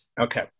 Okay